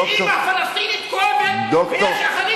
שאימא פלסטינית כואבת,